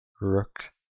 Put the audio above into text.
Rook